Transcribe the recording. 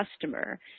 customer